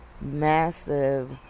massive